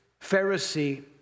Pharisee